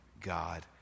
God